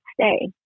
stay